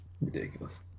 Ridiculous